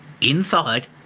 inside